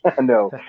No